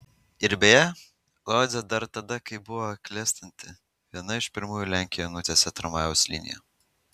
ir beje lodzė dar tada kai buvo klestinti viena iš pirmųjų lenkijoje nutiesė tramvajaus liniją